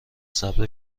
صبر